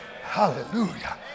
Hallelujah